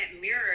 mirror